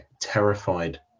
terrified